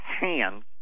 hands